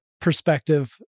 perspective